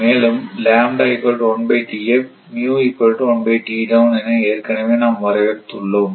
மேலும் என ஏற்கனவே நாம் வரையறுத்து உள்ளோம்